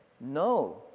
No